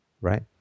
right